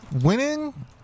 Winning